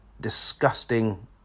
disgusting